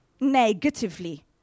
negatively